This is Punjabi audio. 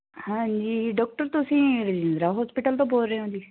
ਹਾਂਜੀ ਡੋਕਟਰ ਤੁਸੀਂ ਰਜਿੰਦਰਾ ਹੋਸਪਿਟਲ ਤੋਂ ਬੋਲ ਰਹੇ ਹੋ ਜੀ